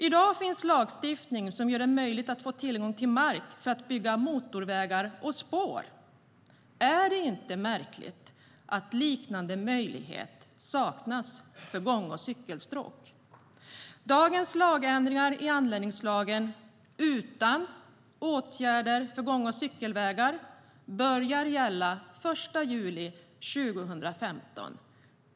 I dag finns lagstiftning som gör det möjligt att få tillgång till mark för att bygga motorvägar och spår. Är det inte märkligt att liknande möjlighet saknas för gång och cykelstråk? Dagens lagändringar i anläggningslagen, utan åtgärder för gång och cykelvägar, börjar gälla den 1 juli 2015.